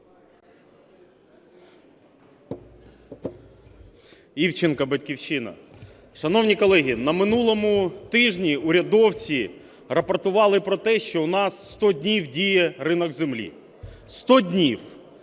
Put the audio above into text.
Івченко, "Батьківщина". Шановні колеги, на минулому тижні урядовці рапортували про те, що у нас 100 днів діє ринок землі. 100 днів